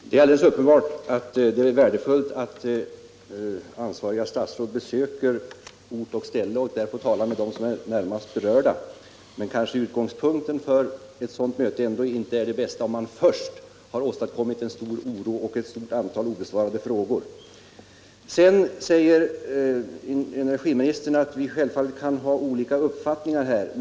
Herr talman! Det är alldeles uppenbart att det är värdefullt att ansvariga statsråd på ort och ställe talar med dem som närmast är berörda, men utgångsläget för ett sådant möte kanske inte är det bästa om man först har åstadkommit en stor oro och ett stort antal obesvarade frågor. Energiministern säger att vi naturligtvis kan ha olika uppfattningar i denna fråga.